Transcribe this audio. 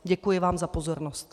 Děkuji vám za pozornost.